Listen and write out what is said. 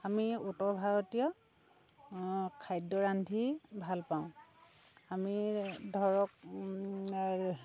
আমি উত্তৰ ভাৰতীয় খাদ্য ৰান্ধি ভাল পাওঁ আমি ধৰক